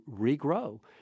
regrow